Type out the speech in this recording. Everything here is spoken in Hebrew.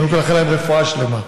קודם כול נאחל להם רפואה שלמה.